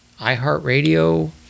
iHeartRadio